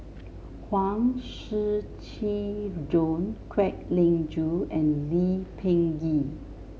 Huang Shiqi Joan Kwek Leng Joo and Lee Peh Gee